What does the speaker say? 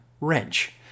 wrench